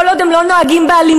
כל עוד הם לא נוהגים באלימות,